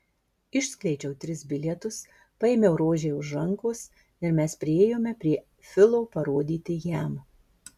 išskleidžiau tris bilietus paėmiau rožei už rankos ir mes priėjome prie filo parodyti jam